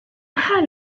حال